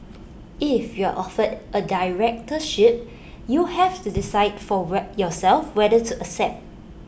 if you are offered A directorship you have to decide for yourself whether to accept